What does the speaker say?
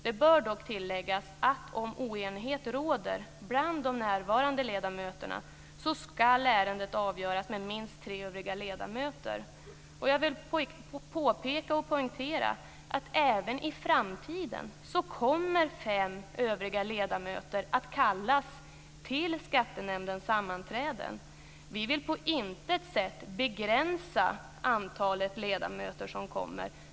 Det bör dock tilläggas att om oenighet råder bland de närvarande ledamöterna ska ärendet avgöras med minst tre övriga ledamöter. Jag vill poängtera att även i framtiden kommer fem övriga ledamöter att kallas till skattenämndens sammanträden. Vi vill på intet sätt begränsa antalet ledamöter som kommer.